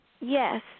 Yes